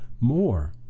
more